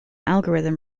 algorithm